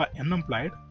unemployed